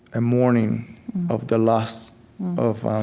a mourning of the loss of um